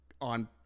on